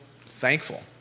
thankful